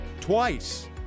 twice